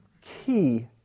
key